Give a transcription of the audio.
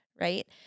right